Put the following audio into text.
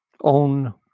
own